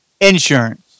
Insurance